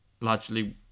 largely